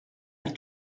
elle